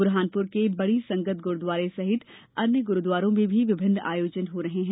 ब्रहानपुर के बड़ी संगत ग्रूद्वारे सहित अन्य गुरूद्वारों में भी विभिन्न आयोजन हो रहे हैं